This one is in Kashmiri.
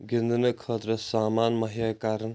گِنٛدنہٕ خٲطرٕ سامان مہیا کَران